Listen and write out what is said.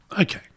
Okay